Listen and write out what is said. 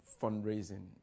fundraising